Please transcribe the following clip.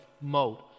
mode